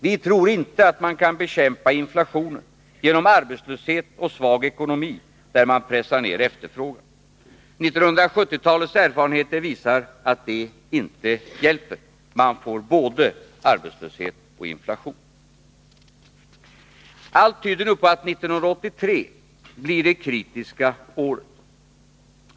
Vi tror inte att man kan bekämpa inflationen genom arbetslöshet och svag ekonomi, där man pressar ner efterfrågan. 1970-talets erfarenheter visar att det inte hjälper. Man får både arbetslöshet och inflation. Allt tyder nu på att 1983 blir det kritiska året.